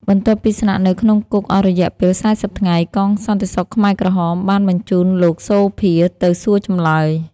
បន្ទាប់ពីស្នាក់នៅក្នុងគុកអស់រយៈពេល ៤០ ថ្ងៃ កងសន្តិសុខខ្មែរក្រហមបានបញ្ជូនលោក សូភា ទៅសួរចម្លើយ។